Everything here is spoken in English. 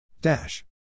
Dash